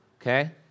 okay